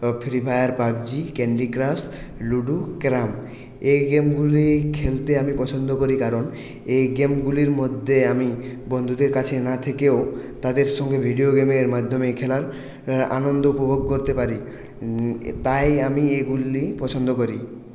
free fire PUBG candy crush ludo carrom এই গেমগুলি খেলতে আমি পছন্দ করি কারণ এই গেমগুলির মধ্যে আমি বন্ধুদের কাছে না থেকেও তাদের সঙ্গে ভিডিও গেমের মাধ্যমে খেলার আনন্দ উপভোগ করতে পারি তাই আমি এগুলি পছন্দ করি